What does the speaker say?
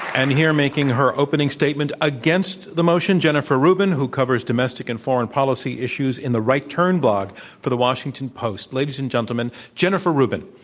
and here making her opening statement against the motion, jennifer rubin, who covers domestic and foreign policy issues in the right turn blog for the washington post. ladies and gentlemen, jennifer rubin.